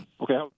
Okay